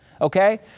Okay